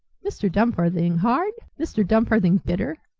mr. dumfarthing hard! mr. dumfarthing bitter!